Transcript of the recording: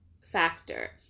factor